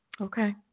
Okay